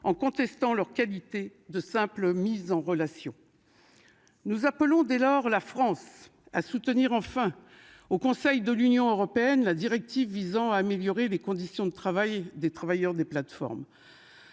en contestant leur qualité de simple mise en relation. Nous appelons dès lors la France. À soutenir enfin au Conseil de l'Union européenne, la directive visant à améliorer les conditions de travail des travailleurs des plateformes.